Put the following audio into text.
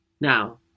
Now